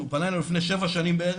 פנה אלינו לפני שבע שנים בערך,